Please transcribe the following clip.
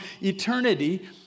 eternity